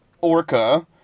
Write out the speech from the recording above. orca